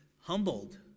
humbled